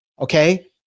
Okay